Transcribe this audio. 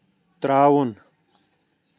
ترٛاوُن